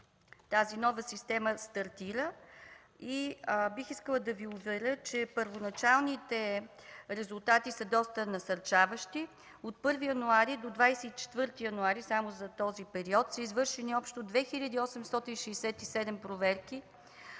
връзка новата система стартира и искам да Ви уверя, че първоначалните резултати са доста насърчаващи. От 1 до 24 януари – само за този период, са извършени общо 2867 проверки,